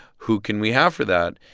who can we have for that?